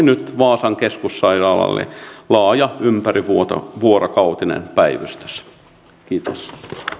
nyt vaasan keskussairaalalle laaja ympärivuorokautinen päivystys kiitos